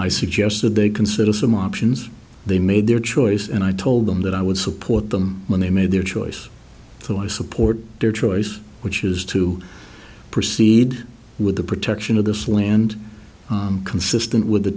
i suggested they consider some options they made their choice and i told them that i would support them when they made their choice for why i support their choice which is to proceed with the protection of this land consistent with the